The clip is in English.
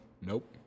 Nope